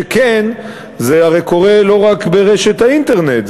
שכן זה הרי קורה לא רק ברשת האינטרנט.